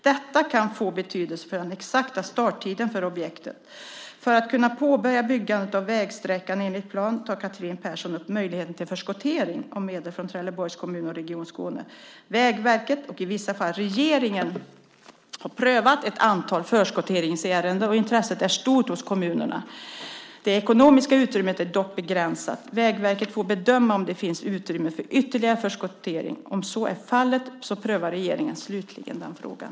Detta kan få betydelse för den exakta starttiden för objektet. För att kunna påbörja byggandet av vägsträckan enligt plan tar Catherine Person upp möjligheten till förskottering av medel från Trelleborgs kommun och Region Skåne. Vägverket och i vissa fall regeringen har prövat ett antal förskotteringsärenden och intresset är stort hos kommunerna. Det ekonomiska utrymmet är dock begränsat. Vägverket får bedöma om det finns utrymme för ytterligare förskottering. Om så är fallet prövar regeringen slutligen frågan.